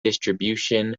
distribution